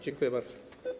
Dziękuję bardzo.